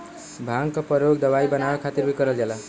भांग क परयोग दवाई बनाये खातिर भीं करल जाला